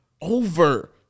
over